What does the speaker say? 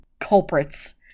culprits